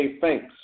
thanks